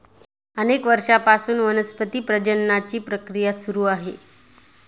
अनेक वर्षांपासून वनस्पती प्रजननाची प्रक्रिया सुरू आहे